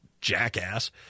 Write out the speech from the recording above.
jackass